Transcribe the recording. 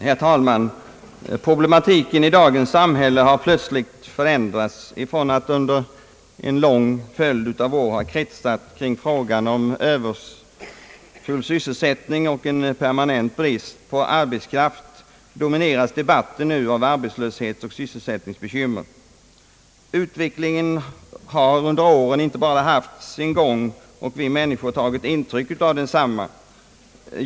Herr talman! Problematiken i dagens samhälle har på senare tid förändrats. Från att under en lång följd av år ha kretsat kring frågan om överfull sysselsättning och en permanent brist på arbetskraft domineras debatten nu av arbetslöshetsoch sysselsättningsbekymmer. Utvecklingen har under åren inte bara haft sin gång och vi människor tagit intryck av densamma.